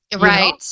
Right